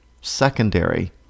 secondary